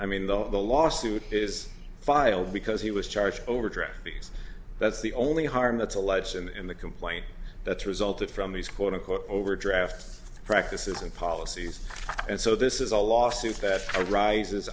i mean the lawsuit is filed because he was charged overdraft because that's the only harm that's a legend in the complaint that's resulted from these quote unquote overdraft practices and policies and so this is a lawsuit that arises